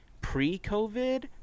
pre-COVID